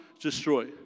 destroy